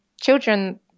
children